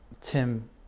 Tim